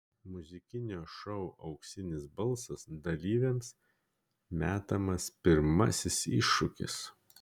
muzikinio šou auksinis balsas dalyviams metamas pirmasis iššūkis